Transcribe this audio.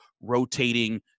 rotating